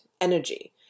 energy